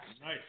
Nice